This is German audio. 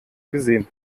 gesehen